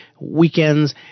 weekends